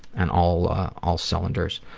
and all all cylinders.